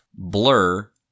Blur